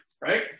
right